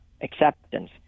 acceptance